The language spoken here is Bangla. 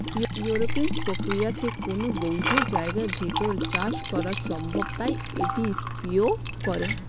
এরওপনিক্স প্রক্রিয়াতে কোনো বদ্ধ জায়গার ভেতর চাষ করা সম্ভব তাই এটি স্পেসেও করে